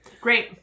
Great